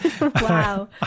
Wow